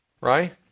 Right